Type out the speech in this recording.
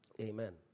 Amen